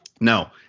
No